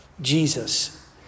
Jesus